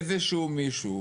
איזשהו מישהו,